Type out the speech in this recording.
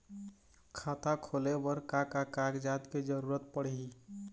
खाता खोले बर का का कागजात के जरूरत पड़ही?